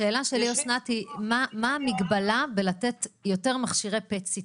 השאלה שלי היא מה המגבלה בלתת יותר מכשירי PET CT?